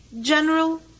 General